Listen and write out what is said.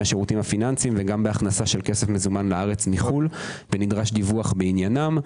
השירותים הפיננסיים וגם בהכנסת כסף מזומן לארץ מחו"ל ונדרש דיווח בעניינם.